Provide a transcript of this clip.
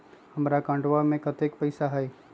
हमार अकाउंटवा में कतेइक पैसा हई?